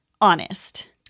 honest